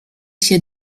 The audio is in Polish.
się